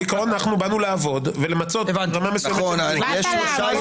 בעיקרון באנו לעבוד ולמצות ------ באת לעבוד,